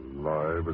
alive